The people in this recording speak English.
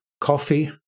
coffee